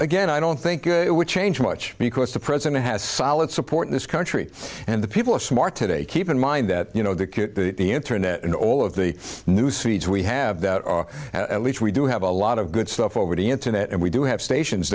again i don't think it will change much because the president has solid support in this country and the people are smart today keep in mind that you know that the internet and all of the news feeds we have that or at least we do have a lot of good stuff over the internet and we do have stations